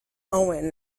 owen